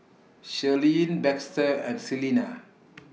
Shirleen Baxter and Celena